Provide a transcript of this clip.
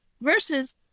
versus